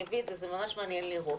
אני אביא את זה, זה ממש מעניין לראות.